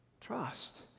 Trust